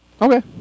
Okay